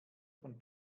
von